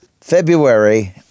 February